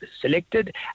selected